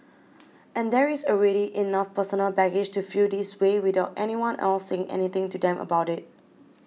and there is already enough personal baggage to feel this way without anyone else saying anything to them about it